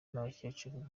n’abakecuru